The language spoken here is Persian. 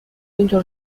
اینطور